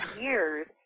years